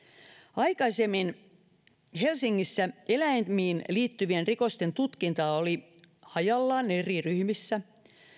aikaisemmin helsingissä eläimiin liittyvien rikosten tutkinta oli hajallaan eri ryhmissä